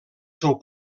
seu